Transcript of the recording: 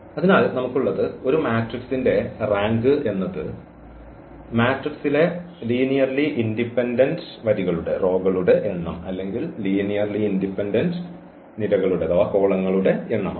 അതിനാൽ നമുക്കുള്ളത് ഒരു മാട്രിക്സിന്റെ റാങ്ക് എന്നത് ഒരു മാട്രിക്സിലെ ലീനിയർലി ഇൻഡിപെൻഡന്റ് വരികളുടെ എണ്ണം അല്ലെങ്കിൽ ലീനിയർലി ഇൻഡിപെൻഡന്റ് നിരകളുടെ എണ്ണമാണ്